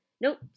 Nope